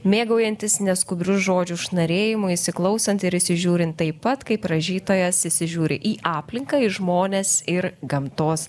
mėgaujantis neskubriu žodžių šnarėjimu įsiklausant ir įsižiūrint taip pat kaip rašytojas įsižiūri į aplinką į žmones ir gamtos